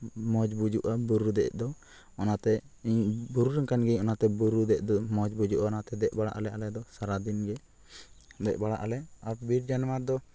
ᱢᱚᱡᱽ ᱵᱩᱡᱩᱜᱼᱟ ᱵᱩᱨᱩ ᱫᱮᱡ ᱫᱚ ᱚᱱᱟᱛᱮ ᱤᱧ ᱵᱩᱨᱩ ᱨᱮᱱ ᱠᱟᱱ ᱜᱤᱭᱟᱹᱧ ᱚᱱᱟᱛᱮ ᱵᱩᱨᱩ ᱫᱮᱡᱚᱜ ᱫᱚ ᱢᱚᱡᱽ ᱵᱩᱡᱩᱜᱼᱟ ᱚᱱᱟᱛᱮ ᱫᱮᱡ ᱵᱟᱲᱟᱜ ᱟᱞᱮ ᱟᱞᱮᱫᱚ ᱥᱟᱨᱟᱫᱤᱱᱜᱮ ᱫᱮᱡ ᱵᱟᱲᱟᱜ ᱟᱞᱮ ᱵᱤᱨ ᱡᱟᱱᱣᱟᱨ ᱫᱚ